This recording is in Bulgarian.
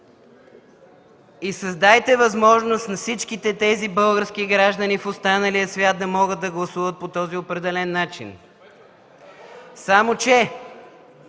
и създайте възможност на всичките тези български граждани в останалия свят да могат да гласуват по този определен начин. (Шум и